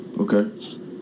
okay